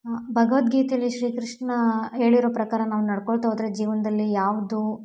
ಭಗವದ್ಗೀತೇಲಿ ಶ್ರೀಕೃಷ್ಣ ಹೇಳಿರೋ ಪ್ರಕಾರ ನಾವು ನಡ್ಕೊಳ್ತಾ ಹೋದ್ರೆ ಜೀವನದಲ್ಲಿ ಯಾವುದೂ